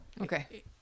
Okay